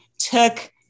Took